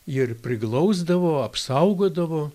ir priglausdavo apsaugodavo